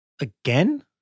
Again